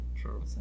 true